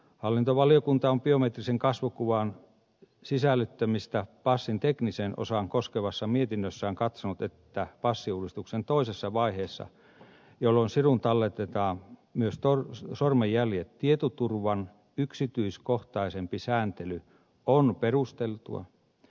hallintovaliokunta on biometrisen kasvokuvan sisällyttämistä passin tekniseen osaan koskevassa mietinnössään katsonut että passiuudistuksen toisessa vaiheessa jolloin siruun talletetaan myös sormenjäljet tietoturvan yksityiskohtaisempi sääntely on perusteltua